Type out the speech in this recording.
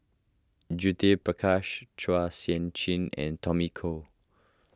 Judith Prakash Chua Sian Chin and Tommy Koh